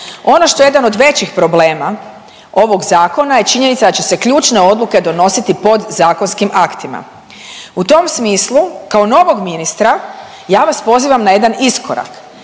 Ono što je jedan od većih problema ovog zakona je činjenica da će se ključne odluke donositi podzakonskim aktima. U tom smislu kao novog ministra ja vas pozivam na jedan iskorak,